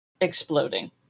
exploding